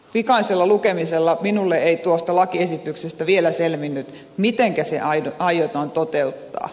pikaisella lukemisella minulle ei tuosta lakiesityksestä vielä selvinnyt mitenkä se aiotaan toteuttaa